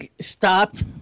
Stopped